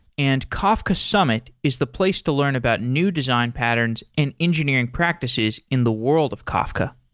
and kafka summit is the place to learn about new design patterns and engineering practices in the world of kafka.